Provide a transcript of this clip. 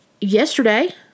Yesterday